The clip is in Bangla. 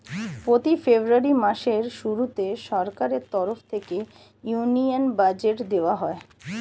প্রতি ফেব্রুয়ারি মাসের শুরুতে সরকারের তরফ থেকে ইউনিয়ন বাজেট দেওয়া হয়